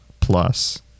plus